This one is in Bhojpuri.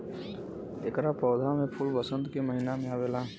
एकरा पौधा में फूल वसंत के महिना में आवेला